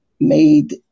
made